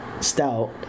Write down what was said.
stout